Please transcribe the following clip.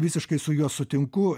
visiškai su juo sutinku